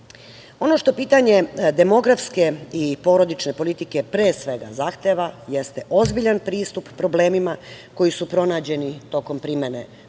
što pitanje demografske i porodične politike, pre svega, zahteva jeste ozbiljan pristup problemima koji su pronađeni tokom primene postojećih